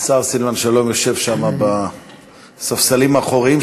השר סילבן שלום יושב שם, בספסלים האחוריים.